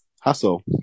Hustle